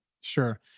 Sure